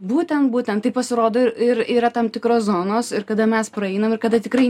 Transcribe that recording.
būtent būtent tai pasirodo ir yra tam tikros zonos ir kada mes praeinam ir kada tikrai